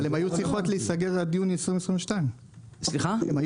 אבל הן היו צריכות להיסגר עד יוני 2022. גם